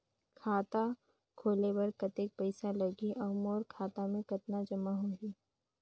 खाता खोले बर कतेक पइसा लगही? अउ मोर खाता मे कतका जमा होही?